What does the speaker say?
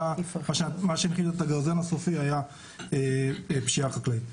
ומה שהנחית את הגרזן הסופי היה פשיעה חקלאית.